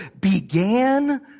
began